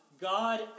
God